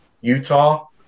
Utah